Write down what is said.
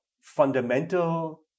fundamental